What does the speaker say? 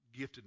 giftedness